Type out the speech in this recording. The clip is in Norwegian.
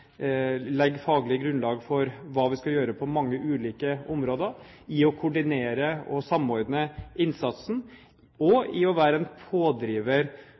faglig grunnlag for hva vi skal gjøre på mange ulike områder – koordinere og samordne innsatsen og være en pådriver